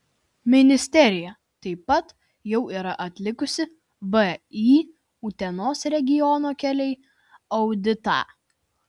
ministerija taip pat jau yra atlikusi vį utenos regiono keliai auditą